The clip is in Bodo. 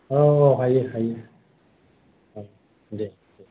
औ हायो हायो औ दे